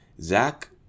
Zach